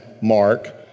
Mark